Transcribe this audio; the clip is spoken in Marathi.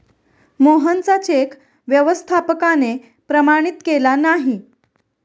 मोहनचा चेक व्यवस्थापकाने प्रमाणित केला नाही